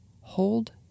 hold